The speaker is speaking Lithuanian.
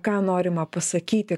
ką norima pasakyti